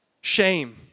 Shame